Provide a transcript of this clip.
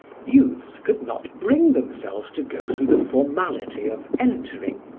youths could not bring themselves to go through the formality of entering,